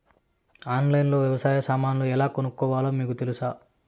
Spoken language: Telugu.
ఆన్లైన్లో లో వ్యవసాయ సామాన్లు ఎలా కొనుక్కోవాలో మీకు తెలుసా?